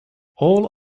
all